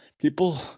people